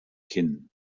kinn